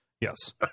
Yes